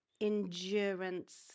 endurance